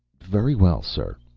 very well, sir.